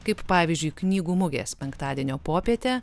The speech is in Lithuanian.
kaip pavyzdžiui knygų mugės penktadienio popietę